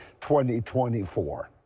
2024